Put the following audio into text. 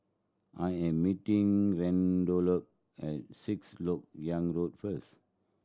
I am meeting Randolph at Sixth Lok Yang Road first